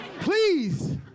please